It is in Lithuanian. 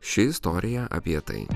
ši istorija apie tai